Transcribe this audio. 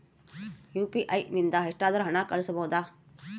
UPI ನಿಂದ ಎಷ್ಟಾದರೂ ಹಣ ಕಳಿಸಬಹುದಾ?